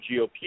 GOP